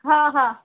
हां हां